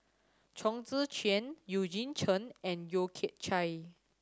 Chong Tze Chien Eugene Chen and Yeo Kian Chye